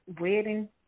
wedding